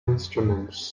instruments